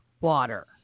water